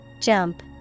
Jump